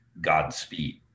Godspeed